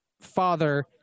father